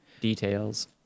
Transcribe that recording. details